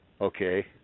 Okay